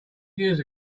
years